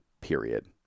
period